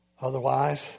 Otherwise